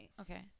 Okay